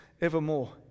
evermore